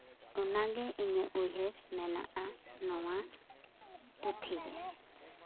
ᱚᱱᱟᱜᱮ ᱤᱧᱟᱹᱜ ᱩᱭᱦᱟᱹᱨ ᱢᱮᱱᱟᱜᱼᱟ ᱱᱚᱣᱟ ᱯᱩᱛᱷᱤ ᱨᱮ